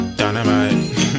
Dynamite